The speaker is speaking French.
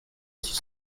six